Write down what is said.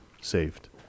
saved